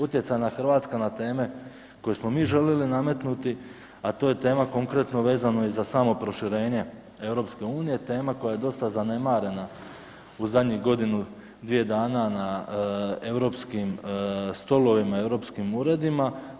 Utjecajna Hrvatska na teme koje smo mi željeli nametnuti, a to je tema konkretno vezano i za samo proširenje EU, tema koja dosta zanemarena u zadnjih godinu, dvije dana na europskim stolovima i europskim uredima.